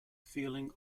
feeling